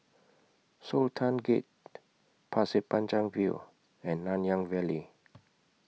Sultan Gate Pasir Panjang View and Nanyang Valley